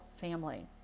family